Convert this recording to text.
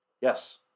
Yes